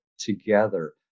together